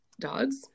dogs